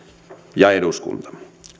ja eduskunta